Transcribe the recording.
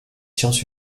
sciences